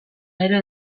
gero